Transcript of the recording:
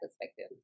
perspective